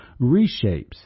reshapes